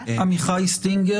אנחנו